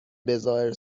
بهظاهر